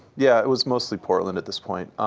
yeah, it was mostly portland at this point.